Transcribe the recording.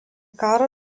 karą